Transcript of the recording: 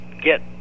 get